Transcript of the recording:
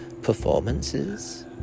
performances